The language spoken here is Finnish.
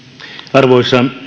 arvoisa